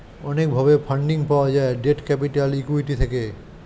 অনেক ভাবে ফান্ডিং পাওয়া যায় ডেট ক্যাপিটাল, ইক্যুইটি থেকে